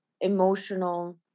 emotional